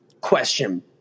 question